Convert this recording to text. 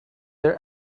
their